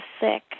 sick